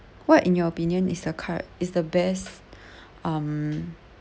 what in your opinion is the card is the best um